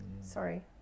Sorry